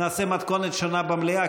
נעשה מתכונת שונה במליאה,